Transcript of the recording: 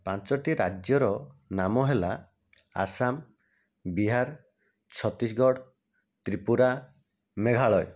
ପାଞ୍ଚଟି ରାଜ୍ୟର ନାମ ହେଲା ଆସାମ ବିହାର ଛତିଶଗଡ଼ ତ୍ରିପୁରା ମେଘାଳୟ